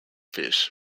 fish